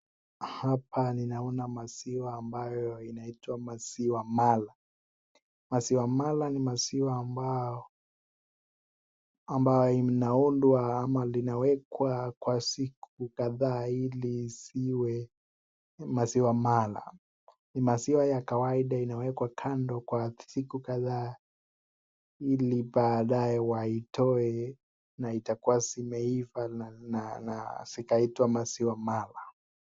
Hapa ninaona maziwa ambayo inaitwa maziwa mala. Maziwa mala ni maziwa ambayo linaundwa ama linawekwa kwa siku kadhaa ili ziwe maziwa mala ni maziwa ya kawaida inawekwa kando kwa siku kadhaa ili baadaye waitoe na itakuwa zimeiva na ikaitwa maziwa mala.